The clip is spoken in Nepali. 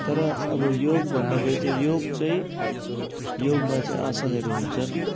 तर अब योग भन्दाखेरि चाहिँ योग चाहिँ योगमा चाहिँ आसनहरू हुन्छन्